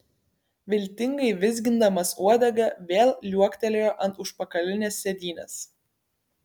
viltingai vizgindamas uodegą vėl liuoktelėjo ant užpakalinės sėdynės